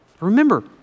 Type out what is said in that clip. Remember